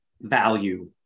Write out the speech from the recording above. value